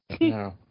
No